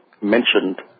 mentioned